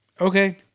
okay